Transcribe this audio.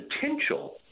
potential